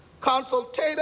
consultative